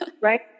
right